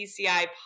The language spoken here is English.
PCI